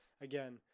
again